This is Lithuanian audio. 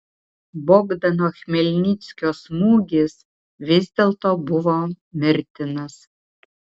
bogdano chmelnickio smūgis vis dėlto buvo mirtinas